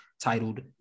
titled